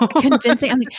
convincing